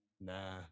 nah